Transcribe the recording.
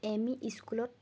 M E স্কুলত